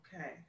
okay